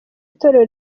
itorero